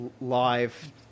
live